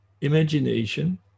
Imagination